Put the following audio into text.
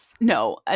no